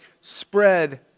spread